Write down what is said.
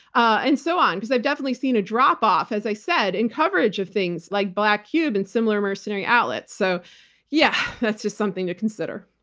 and so on. because i've definitely seen a drop off, as i said, in coverage of things like black cube in similar mercenary outlets. so yeah, that's just something to consider.